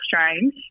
strange